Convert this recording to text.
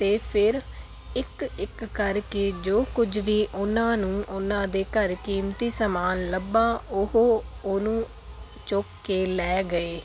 ਅਤੇ ਫਿਰ ਇੱਕ ਇੱਕ ਕਰਕੇ ਜੋ ਕੁਝ ਵੀ ਉਹਨਾਂ ਨੂੰ ਉਹਨਾਂ ਦੇ ਘਰ ਕੀਮਤੀ ਸਮਾਨ ਲੱਭਾ ਉਹ ਉਹਨੂੰ ਚੁੱਕ ਕੇ ਲੈ ਗਏ